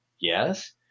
yes